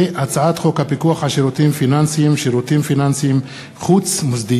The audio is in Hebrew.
הצעת חוק הפיקוח על שירותים פיננסיים (שירותים פיננסיים חוץ-מוסדיים),